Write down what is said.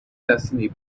destiny